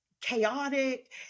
chaotic